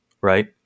right